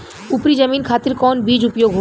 उपरी जमीन खातिर कौन बीज उपयोग होखे?